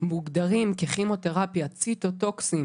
שמוגדרים ככימותרפיה: ציטוטוקסין